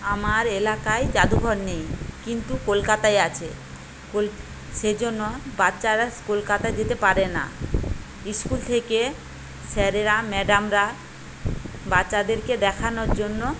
আমার এলাকায় জাদুঘর নেই কিন্তু কলকাতায় আছে সেজন্য বাচ্চারা কলকাতায় যেতে পারে না স্কুল থেকে স্যারেরা ম্যাডামরা বাচ্চাদেরকে দেখানোর জন্য